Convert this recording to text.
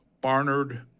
Barnard